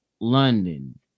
London